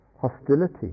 hostility